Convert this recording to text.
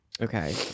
okay